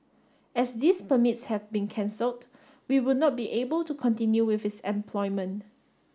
as these permits have been cancelled we would not be able to continue with his employment